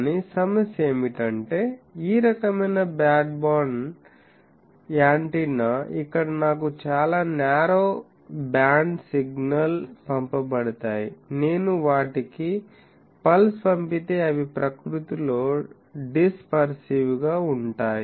కానీ సమస్య ఏమిటంటే ఈ రకమైన బ్రాడ్బ్యాండ్ యాంటెన్నా ఇక్కడ నాకు చాలా న్యారో బ్యాండ్ సిగ్నల్స్ పంపబడతాయి నేను వాటికి పల్స్ పంపితే అవి ప్రకృతిలో డిస్పర్సివ్ గా ఉంటాయి